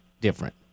different